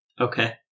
Okay